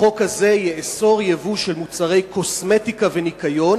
החוק הזה יאסור ייבוא של מוצרי קוסמטיקה וניקיון,